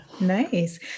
Nice